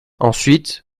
ensuite